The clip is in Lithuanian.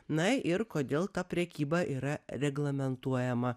na ir kodėl ta prekyba yra reglamentuojama